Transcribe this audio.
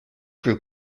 grew